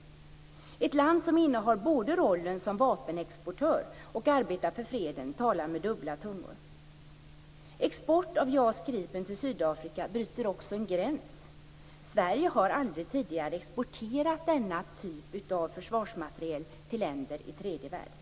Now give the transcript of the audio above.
Ett land som både innehar rollen som vapenexportör och arbetar för freden talar med dubbla tungor. Genom export av JAS Gripen till Sydafrika passeras också en gräns. Sverige har aldrig tidigare exporterat denna typ av försvarsmateriel till länder i tredje världen.